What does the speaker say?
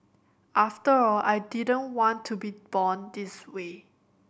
after all I didn't want to be born this way